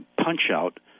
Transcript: punch-out